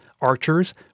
archers